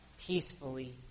Peacefully